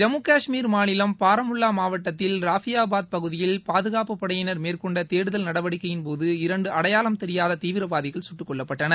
ஜம்மு கஷ்மீர் மாநிலம் பாரமுல்லா மாவட்டத்தில் ராஃபியாபாத் பகுதியில் தேடுதல் நடவடிக்கையின்போது இரண்டு அடையாளம் தெரியாத தீவிரவாதிகள் சுட்டுக்கொல்லப்பட்டனர்